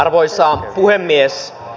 arvoisa puhemies